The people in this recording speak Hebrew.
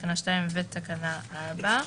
תקנה 2 ותקנה 4)